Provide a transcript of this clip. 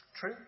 True